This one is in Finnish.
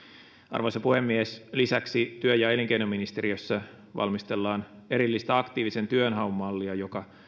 arvoisa puhemies lisäksi työ ja elinkeinoministeriössä valmistellaan erillistä aktiivisen työnhaun mallia joka